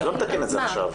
אני לא אתקן את זה עכשיו.